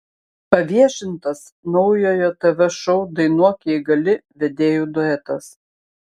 paviešintas naujojo tv šou dainuok jei gali vedėjų duetas